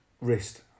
wrist